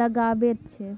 लगाबैत छै